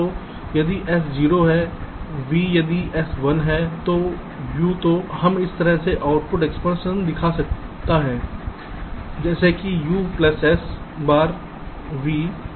तो यदि s 0 है v यदि s 1 है तो u तो मैं इस तरह का आउटपुट एक्सप्रेशन लिख सकता हूं जैसे कि u प्लस s बार v